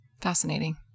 Fascinating